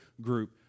group